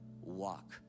Walk